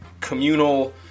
communal